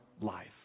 life